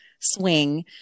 swing